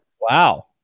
Wow